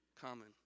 common